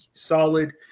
solid